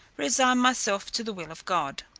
resigned myself to the will of god.